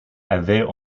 avait